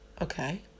Okay